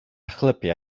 chlybiau